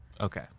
Okay